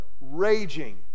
raging